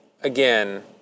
again